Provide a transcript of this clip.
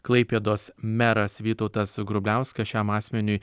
klaipėdos meras vytautas grubliauskas šiam asmeniui